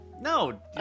No